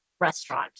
restaurant